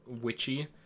witchy